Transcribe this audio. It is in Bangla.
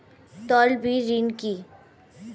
তলবি ঋন কি?